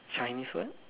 Chinese what